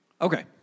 Okay